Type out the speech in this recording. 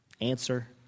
Answer